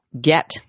get